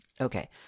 Okay